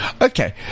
Okay